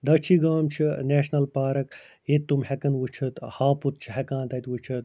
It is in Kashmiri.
داچھی گام چھِ نیشنل پارٕک ییٚتہِ تِم ہٮ۪کان وُچھِتھ ہاپُت چھِ ہٮ۪کان تَتہِ وُچھِتھ